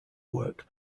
work